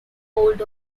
hold